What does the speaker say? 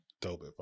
dope